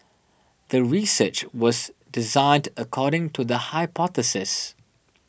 the research was designed according to the hypothesis